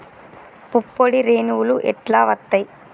పుప్పొడి రేణువులు ఎట్లా వత్తయ్?